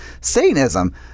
Satanism